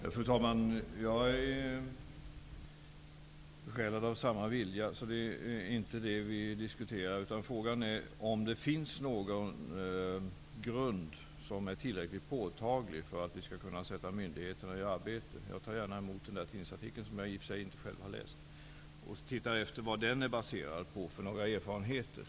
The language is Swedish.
Fru talman! Jag är besjälad av samma vilja. Det är inte det vi diskuterar. Frågan är om det finns någon grund som är tillräckligt påtaglig för att vi skall kunna sätta myndigheterna i arbete. Jag tar gärna emot tidningsartikeln, som jag i och för sig inte själv har läst, och tittar efter vad den är baserad på för erfarenheter.